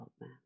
man